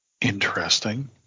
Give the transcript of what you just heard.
Interesting